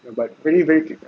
ya but very very cute